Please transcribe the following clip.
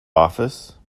office